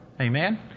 Amen